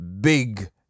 big